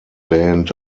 band